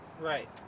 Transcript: right